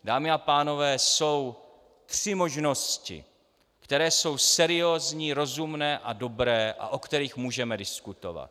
Dámy a pánové, jsou tři možnosti, které jsou seriózní, rozumné a dobré a o kterých můžeme diskutovat.